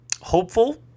hopeful